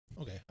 Okay